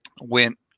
went